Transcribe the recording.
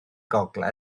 gogledd